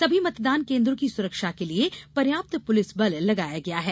सभी मतदान कोन्द्रों की सुरक्षा के लिए पर्याप्त पुलिस बल लगाया गया है